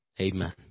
Amen